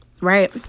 Right